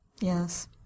Yes